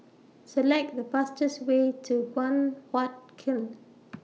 Select The fastest Way to Guan Huat Kiln